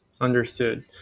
Understood